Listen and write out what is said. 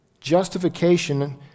Justification